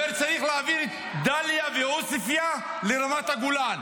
אומר: צריך להעביר את דליה ועוספיא לרמת הגולן.